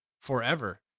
forever